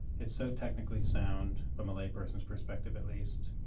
it's so technically sound, from a layperson's perspective at least.